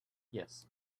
yes